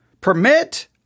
permit